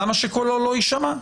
למה שקולו לא יישמע?